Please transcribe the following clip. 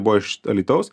buvo iš alytaus